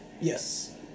Yes